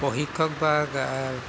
প্ৰশিক্ষক বা